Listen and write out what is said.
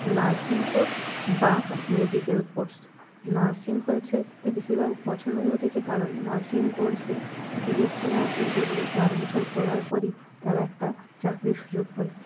nursing course বা medical course nursing কোর্সেতে বেশিরভাগ পছন্দর হয়ে উঠছে কারণ নার্সিং কোর্সে বি এস সি নার্সিং করলে চার বছর পড়ার পরই তারা একটা চাকরির সুযোগ পায়